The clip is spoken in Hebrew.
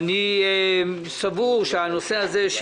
אני סבור שהנושא של